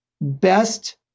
best